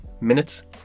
minutes